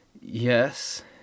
yes